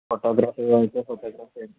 photography అయితే photography